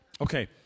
Okay